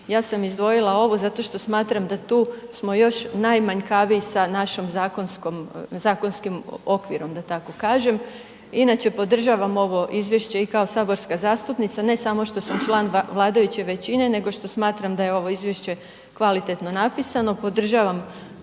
ja sam izdvojila ovo, zato što smatram, da tu smo još najmanjkaviji sa našim zakonskim okvirom, da tako kažem. Inače podržavam ovo izvješće i kao saborska zastupnica, ne samo što sam član vladajuće većine, nego što smatram da je ovo izvješće kvalitetno napisano.